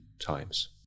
times